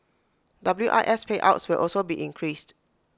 W I S payouts will also be increased